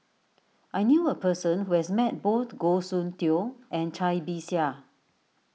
I knew a person who has met both Goh Soon Tioe and Cai Bixia